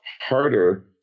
harder